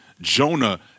Jonah